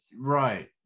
right